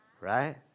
right